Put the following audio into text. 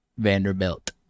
Vanderbilt